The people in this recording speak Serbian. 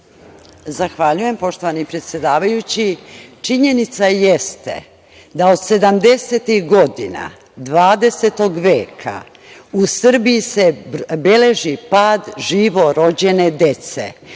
Zahvaljujem gospodine predsedavajući. Činjenica jeste da od 70-ih godina 20. veka u Srbiji se beleži pad živo rođene dece.